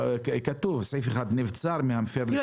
כתוב שנבצר מהמפר בשל סיבה.